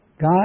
God